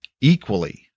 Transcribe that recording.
equally